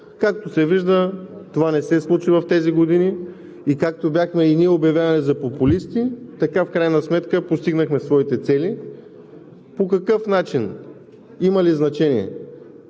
Както се вижда, това не се случи в тези години и както бяхме и ние обявявани за популисти, така в крайна сметка постигнахме своите цели. По какъв начин – има ли значение?